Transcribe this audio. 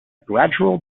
gradual